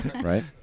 right